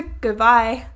Goodbye